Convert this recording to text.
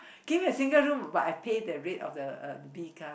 give me a single room but I pay the rate of the uh the B class